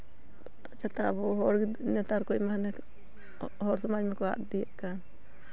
ᱯᱟᱛᱟᱼᱪᱷᱟᱛᱟ ᱟᱵᱚ ᱦᱚᱲ ᱜᱤᱫᱽᱨᱟᱹ ᱱᱮᱛᱟᱨ ᱠᱚ ᱢᱟ ᱦᱟᱱᱮ ᱦᱚᱲ ᱥᱟᱢᱟᱡᱽ ᱢᱟᱠᱚ ᱟᱫ ᱤᱫᱤᱭᱮᱫ ᱠᱟᱱ